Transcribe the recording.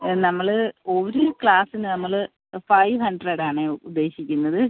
നമ്മൾ ഒരു ക്ലാസിന് നമ്മൾ ഫൈവ് ഹണ്ട്രഡ് ആണേ ഉദ്ദേശിക്കുന്നത്